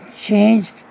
changed